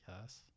Yes